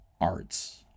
arts